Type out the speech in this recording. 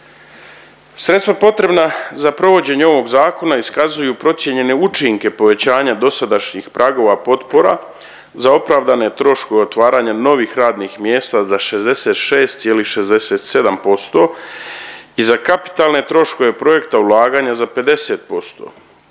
Sredstva potrebna za provođenje ovog zakona iskazuju procijenjene učinke povećanja dosadašnji pragova potpora za opravdane troškove otvaranja novih radnih mjesta za 66,67% i za kapitalne troškove projekta ulaganja za 50%